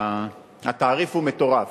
התעריף הוא מטורף.